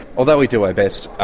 although we do our best,